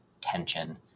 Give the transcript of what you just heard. tension